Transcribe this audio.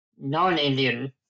non-Indian